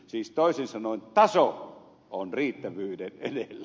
siis toisin sanoen taso on riittävyyden edellä